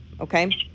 Okay